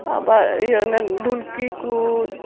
ᱟᱵᱟᱨ ᱚᱱᱮ ᱤᱭᱟᱹ ᱰᱷᱩᱞᱠᱤ ᱠᱚ